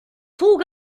tout